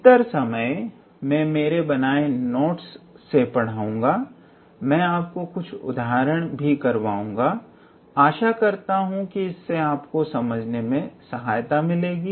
अधिकतर समय मैं मेरे बनाए नोट्स से पढ़ाऊंगा मैं आपको कुछ उदाहरण भी करवाऊँगा आशा करता हूं इससे आपको समझने में सहायता मिलेगी